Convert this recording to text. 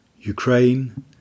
Ukraine